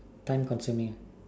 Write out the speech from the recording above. time consuming ah